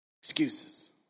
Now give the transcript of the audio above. Excuses